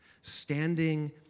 standing